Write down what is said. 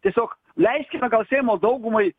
tiesiog leiskime gal seimo daugumai